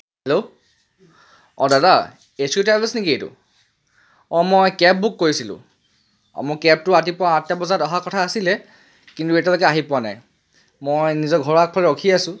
hello অঁ দাদা H U travels নেকি এইটো অঁ মই কেব বুক কৰিছিলোঁ অঁ মোৰ কেবটো ৰাতিপুৱা আঠটা বজাত অহাৰ কথা আছিলে কিন্তু এতিয়ালৈকে আহি পোৱা নাই মই নিজৰ ঘৰৰ আগফালে ৰখি আছোঁ